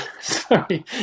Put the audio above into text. sorry